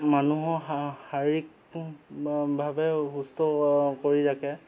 মানুহৰ শা শাৰীৰিকভাৱে সুস্থ কৰি ৰাখে